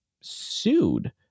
sued